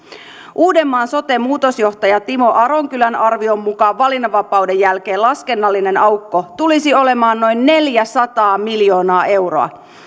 uudenmaan sote muutosjohtaja timo aronkydön arvion mukaan valinnanvapauden jälkeen laskennallinen aukko tulisi olemaan noin neljäsataa miljoonaa euroa